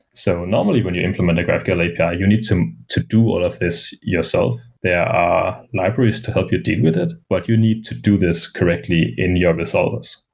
so normally when you implement a graphql api, you need to to do all of these yourself. there are libraries to help you deal with it, but you need to do this correctly in your resolvers.